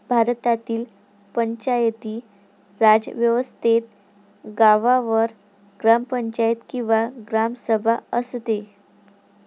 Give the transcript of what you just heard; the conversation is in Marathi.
भारतातील पंचायती राज व्यवस्थेत गावावर ग्रामपंचायत किंवा ग्रामसभा असते